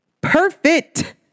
Perfect